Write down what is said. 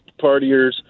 partiers